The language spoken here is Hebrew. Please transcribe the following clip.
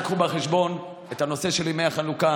תיקחו בחשבון את הנושא של ימי החנוכה,